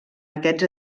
aquests